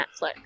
Netflix